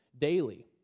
daily